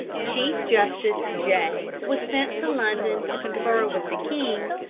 chief-justice jay was sent to london to confer with the king,